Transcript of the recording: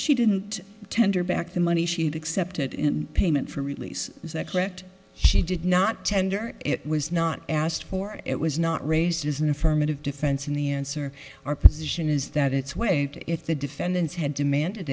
she didn't tender back the money she had accepted in payment for release is that correct she did not tender it was not asked for it was not raised as an affirmative defense and the answer our position is that it's way if the defendants had demanded